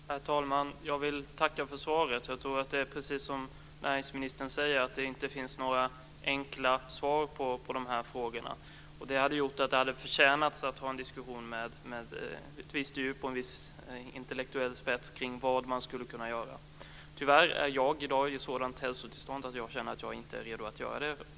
Herr talman! Jag vill tacka för svaret. Det är precis som näringsministern säger, det finns inga enkla svar på de här frågorna. De hade förtjänat en diskussion med ett visst djup och en viss intellektuell spets kring vad man skulle kunna göra. Tyvärr är mitt hälsotillstånd i dag sådant att jag inte är redo till det.